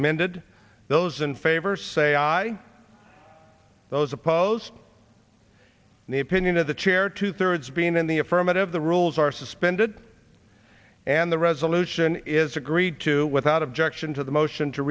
amended those in favor say aye those opposed in the opinion of the chair two thirds being in the affirmative the rules are suspended and the resolution is agreed to without objection to the motion to